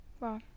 Wow